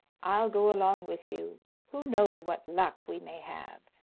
i'll go along with you who knows what luck we may have!